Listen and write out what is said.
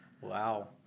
Wow